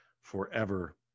forever